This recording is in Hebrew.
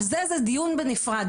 זה דיון בנפרד,